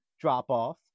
drop-off